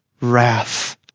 wrath